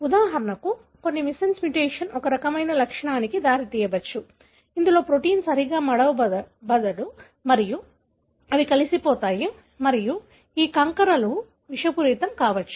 ఉదాహరణకు కొన్ని missense mutation ఒక రకమైన లక్షణానికి దారితీయ వచ్చు ఇందులో ప్రోటీన్ సరిగా మడవబడదు మరియు అవి కలిసిపోతాయి మరియు ఈ కంకరలు విషపూరితం కావచ్చు